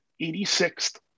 86th